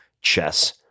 chess